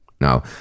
Now